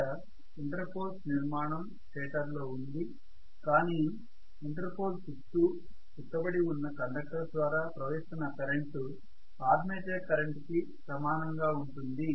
ఇక్కడ interpoles నిర్మాణం స్టేటర్లో ఉంది కాని ఇంటర్ పోల్ చుట్టూ చుట్టబడి ఉన్న కండక్టర్స్ ద్వారా ప్రహిస్తున్న కరెంటు ఆర్మేచర్ కరెంటుకి సమానంగా ఉంటుంది